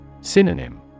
Synonym